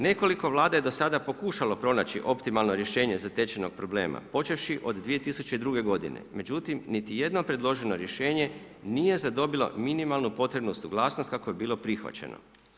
Nekoliko vlada je do sada pokušalo pronaći optimalno rješenje zatečenog problema, počevši od 2002. godine, međutim niti jedno predloženo rješenje nije zadobilo minimalno potrebnu suglasnost kako je bilo prihvaćeno.